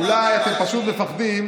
אולי אתם פשוט מפחדים,